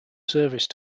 service